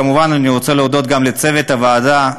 אני רוצה להודות כמובן גם לצוות הוועדה,